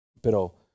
pero